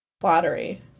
Flattery